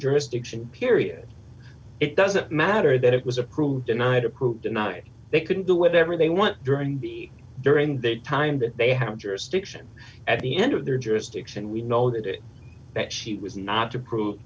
jurisdiction period it doesn't matter that it was approved denied approved denied they can do whatever they want during the during the time that they have jurisdiction at the end of their jurisdiction d we know the day that she was not to prove